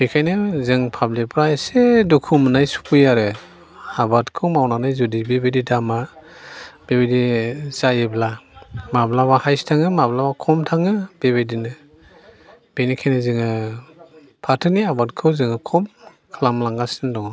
बेनिखायनो जों पाब्लिकफ्रा एसे दुखु मोननाय सफैयो आरो आबादखौ मावनानै जुदि बेबायदि दामा बेबायदि जायोब्ला माब्लाबा आखायसे थाङो माब्लाबा खम थाङो बेबायदिनो बेनिखायनो जोङो फाथोनि आबादखौ जोङो खम खालाम लांगासिनो दङ